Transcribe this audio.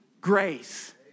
grace